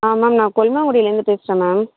ஆ ma'am நான் கொல்லுமாங்குடிலிருந்து பேசுகிறேன் மேம்